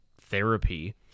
therapy